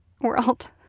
world